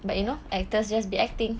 but you know actors just be acting